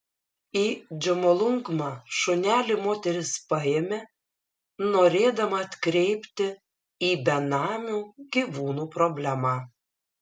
į džomolungmą šunelį moteris paėmė norėdama atkreipti į benamių gyvūnų problemą